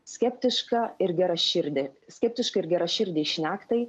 skeptiška ir geraširdė skeptiškai ir geraširdei šnektai